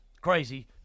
crazy